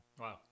Wow